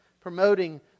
promoting